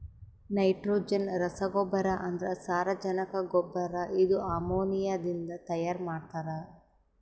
nitrogen ರಸಗೊಬ್ಬರ ಅಂದ್ರ ಸಾರಜನಕ ಗೊಬ್ಬರ ಇದು ಅಮೋನಿಯಾದಿಂದ ತೈಯಾರ ಮಾಡ್ತಾರ್